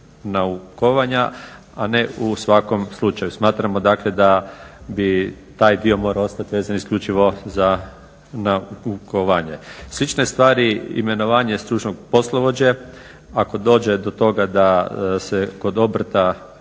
naukovanja, a ne u svakom slučaju. Smatramo da bi taj dio morao ostati vezan isključivo za naukovanje. Slične stvari imenovanja stručnog poslovođe ako dođe do toga da se kod obrta